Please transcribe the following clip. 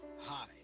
Hi